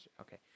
Okay